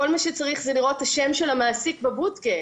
כל מה שצריך זה לראות את שם המעסיק בבודקה,